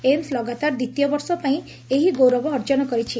AIIMS ଲଗାତାର ଦିତୀୟବର୍ଷ ପାଇଁ ଏହି ଗୌରବ ଅର୍ଜନ କରିଛି